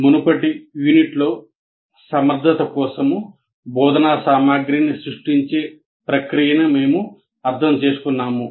మునుపటి యూనిట్లో సమర్థత కోసం బోధనా సామగ్రిని సృష్టించే ప్రక్రియను మేము అర్థం చేసుకున్నాము